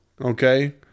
Okay